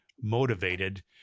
motivated